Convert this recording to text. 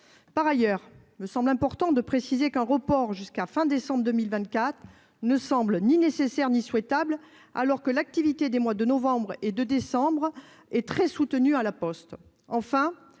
Par ailleurs, il me semble important de préciser qu'un report jusqu'à la fin de décembre 2024 ne semble ni nécessaire ni souhaitable, alors que l'activité des mois de novembre et de décembre est très soutenue à La Poste.